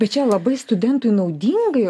bet čia labai studentui naudingi